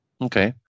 Okay